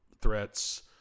threats